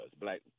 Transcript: black